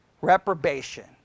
reprobation